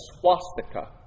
swastika